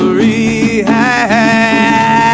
rehab